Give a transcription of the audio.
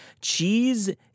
Cheese